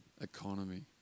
economy